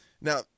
Now